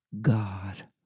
God